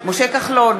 משה כחלון,